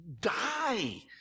die